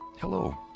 hello